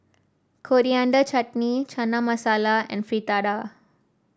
Coriander Chutney Chana Masala and Fritada